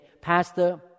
Pastor